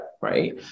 right